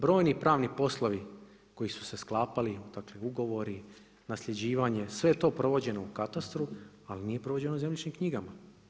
Brojni pravni poslovi koji su se sklapali dakle ugovori, nasljeđivanje sve je to provođeno u katastru, ali nije provođeno u zemljišnim knjigama.